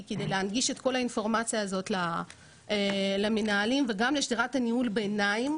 כדי להנגיש את כל האינפורמציה הזאת למנהלים וגם לשדרת ניהול הביניים,